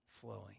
flowing